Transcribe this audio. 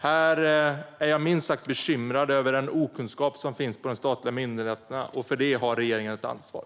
Jag är minst sagt bekymrad över den okunskap som finns på de statliga myndigheterna, och för detta har regeringen ett ansvar.